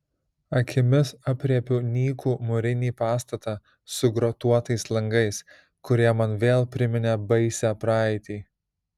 akimis aprėpiu nykų mūrinį pastatą su grotuotais langais kurie man vėl priminė baisią praeitį